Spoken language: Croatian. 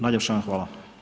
Najljepša vam hvala.